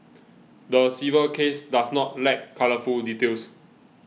the civil case does not lack colourful details